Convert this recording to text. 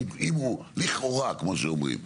אם הוא 'לכאורה' כמו שאומרים,